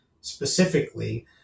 specifically